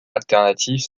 alternatifs